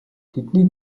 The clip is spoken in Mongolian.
тэдний